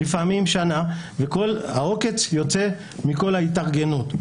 לפעמים שנה וכל העוקץ יוצא מכול ההתארגנות.